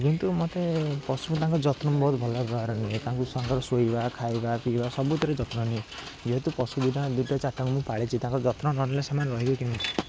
କିନ୍ତୁ ମୋତେ ପଶୁ ତାଙ୍କ ଯତ୍ନ ନେବାକୁ ବହୁତ ଭଲ ଭାବରେ ନିଏ ତାଙ୍କ ସାଙ୍ଗରେ ଶୋଇବା ଖାଇବା ପିଇବା ସବୁଥିରେ ଯତ୍ନ ନିଏ ଯେହେତୁ ପଶୁ ଦୁଇଟା ଚାରିଟା ପାଳିଛି ତାଙ୍କ ଯତ୍ନ ନନେଲେ ସେମାନେ ରହିବେ କେମିତି